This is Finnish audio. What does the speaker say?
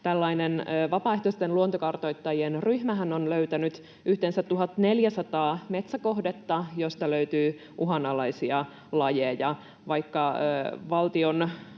vapaaehtoisten luontokartoittajien ryhmähän on löytänyt yhteensä 1 400 metsäkohdetta, joista löytyy uhanalaisia lajeja.